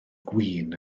gwin